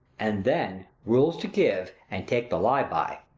and then, rules to give and take the lie by.